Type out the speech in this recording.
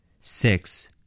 six